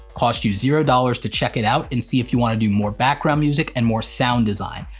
costs you zero dollars to check it out and see if you wanna do more background music and more sound design.